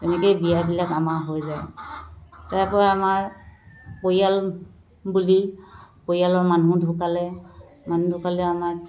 এনেকৈয়ে বিয়াবিলাক আমাৰ হৈ যায় তাৰপৰা আমাৰ পৰিয়াল বুলি পৰিয়ালৰ মানুহ ঢুকালে মানুহ ঢুকালে আমাক